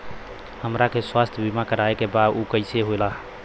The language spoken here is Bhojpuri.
हमरा के स्वास्थ्य बीमा कराए के बा उ कईसे होला?